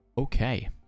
Okay